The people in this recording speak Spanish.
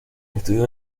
estudió